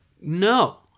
no